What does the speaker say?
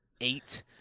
eight